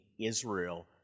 Israel